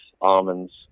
almonds